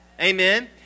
Amen